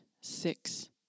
six